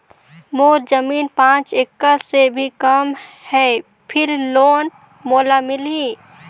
मोर जमीन पांच एकड़ से भी कम है फिर लोन मोला मिलही?